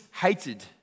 hated